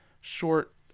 short